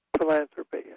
philanthropy